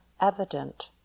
evident